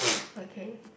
okay